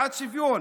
בעד שוויון,